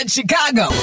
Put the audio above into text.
Chicago